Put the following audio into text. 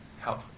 help